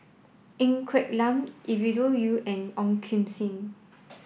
Ng Quee Lam Ovidia Yu and Ong Kim Seng